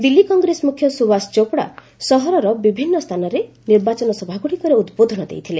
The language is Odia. ଦିଲ୍ରୀ କଂଗ୍ରେସ ମୁଖ୍ୟ ସ୍ରବାସ ଚୋପ୍ଡା ସହରର ବିଭିନ୍ନ ସ୍ଥାନରେ ନିର୍ବାଚନ ସଭାଗ୍ରଡ଼ିକରେ ଉଦ୍ବୋଧନ ଦେଇଥିଲେ